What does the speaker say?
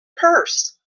purse